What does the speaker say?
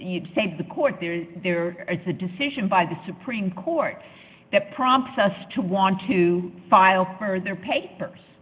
it save the court there is a decision by the supreme court that prompts us to want to file for their papers